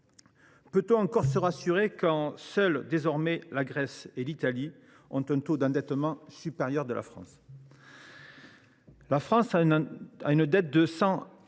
Peut on encore se rassurer quand seules désormais la Grèce et l’Italie ont un taux d’endettement supérieur à celui de la France ? La dette de la